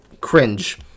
cringe